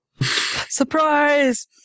Surprise